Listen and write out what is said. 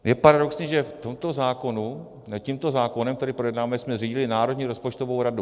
Je paradoxní, že v tomto zákonu, tímto zákonem, který projednáváme, jsme zřídili Národní rozpočtovou radu.